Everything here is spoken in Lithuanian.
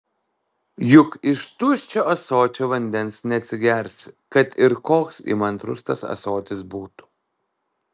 juk iš tuščio ąsočio vandens neatsigersi kad ir koks įmantrus tas ąsotis būtų